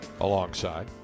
alongside